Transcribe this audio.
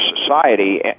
society